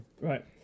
Right